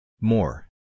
More